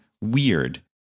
weird